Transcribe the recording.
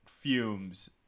fumes